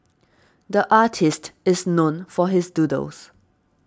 the artist is known for his doodles